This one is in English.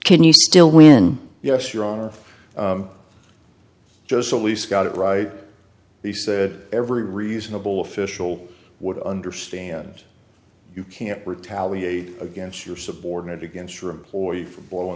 can you still win yes your honor just at least got it right he said every reasonable official would understand you can't retaliate against your subordinate against your employee for blowing